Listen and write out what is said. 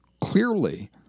Clearly